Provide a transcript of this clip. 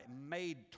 made